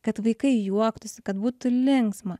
kad vaikai juoktųsi kad būtų linksma